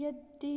यदि